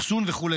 אחסון וכו'.